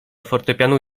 fortepianu